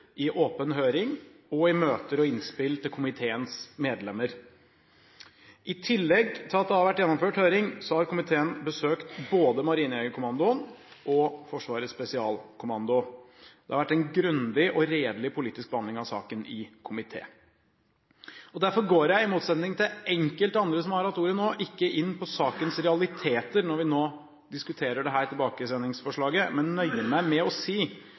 i åpen høring, i møter og i innspill til komiteens medlemmer. I tillegg til at det har vært gjennomført høring, har komiteen besøkt både Marinejegerkommandoen og Forsvarets Spesialkommando. Det har vært en grundig og redelig politisk behandling av saken i komiteen. Derfor går jeg, i motsetning til enkelte andre som har hatt ordet, ikke inn på sakens realiteter når vi nå diskuterer dette tilbakesendingsforslaget, men nøyer meg med å si